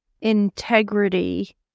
integrity